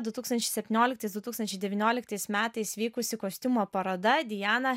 du tūkstančiai septynioliktais du tūkstančiai devynioliktais metais vykusi kostiumo paroda diana